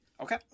Okay